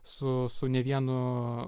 su su ne vienu